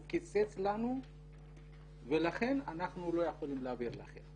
הוא קיצץ, ולכן אנחנו לא יכולים להעביר לכם.